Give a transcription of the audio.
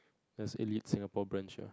there's elite Singapore branch uh